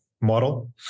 model